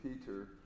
peter